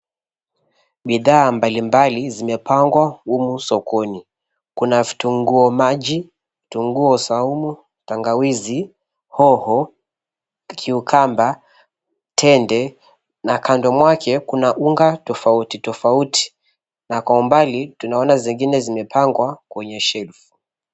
Bidhaa mbalimbali zimepangwa humu sokoni. Kuna vitunguo maji, vitunguo saumu, tangawizi, hoho, kiukamba tende na kando mwake kuna unga tofauti tofauti na Kwa umbali tunaona zingine zimepangwa kwenye shepu.